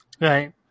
right